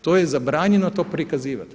To je zabranjeno to prikazivati.